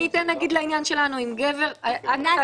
אני אתן דוגמה מהעניין שלנו: אם גבר --- אנס